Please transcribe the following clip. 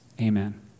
Amen